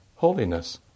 Holiness